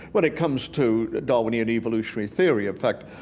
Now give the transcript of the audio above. when it comes to darwinian evolutionary theory effect,